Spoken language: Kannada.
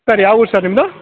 ಸರ್ ಯಾವ ಊರು ಸರ್ ನಿಮ್ಮದು